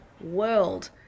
world